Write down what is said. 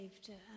saved